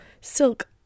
silk